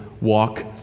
walk